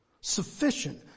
sufficient